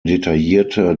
detaillierte